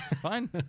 fine